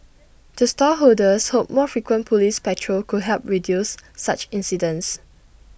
the stall holders hope more frequent Police patrol could help reduce such incidents